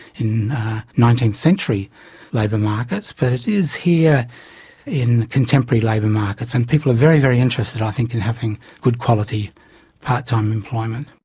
in nineteenth century labour markets, but it is here in contemporary labour markets. and people are very, very interested i think in having good quality part-time employment.